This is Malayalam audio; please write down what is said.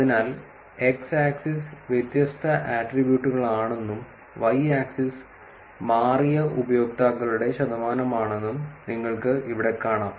അതിനാൽ x ആക്സിസ് വ്യത്യസ്ത ആട്രിബ്യൂട്ടുകളാണെന്നും y ആക്സിസ് മാറിയ ഉപയോക്താക്കളുടെ ശതമാനമാണെന്നും നിങ്ങൾക്ക് ഇവിടെ കാണാം